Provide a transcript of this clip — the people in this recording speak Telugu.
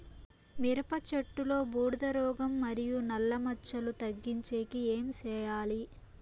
మిరప చెట్టులో బూడిద రోగం మరియు నల్ల మచ్చలు తగ్గించేకి ఏమి చేయాలి?